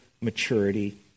maturity